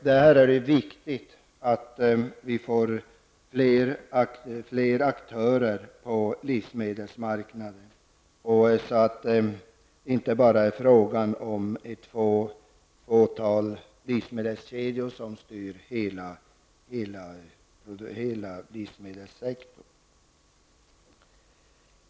Där är det viktigt att vi får fler aktörer på livsmedelsmarknaden så att det inte bara är fråga om ett fåtal livsmedelskedjor som styr hela livsmedelssektorn.